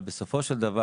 אבל בסופו של דבר,